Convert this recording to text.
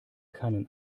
keinen